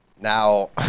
now